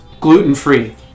gluten-free